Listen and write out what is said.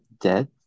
dead